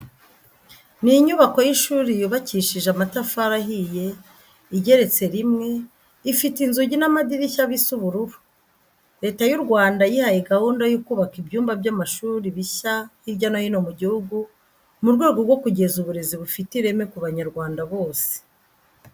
Ni inyubako y'ishuri yubakishije amatafari ahiye igeretse rimwe, ifite inzugi n'amadirishya bisa ubururu. Leta y'u Rwanda yihaye gahunda yo kubaka ibyumba by'amashuri bishya hirya no hino mu gihugu mu rwego rwo kugeza uburezi bufite ireme ku banyarwanda bose.